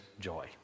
joy